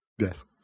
Yes